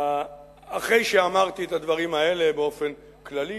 אחרי שאמרתי את הדברים האלה באופן כללי,